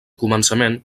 començament